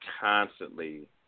constantly